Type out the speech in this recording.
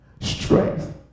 Strength